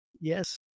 Yes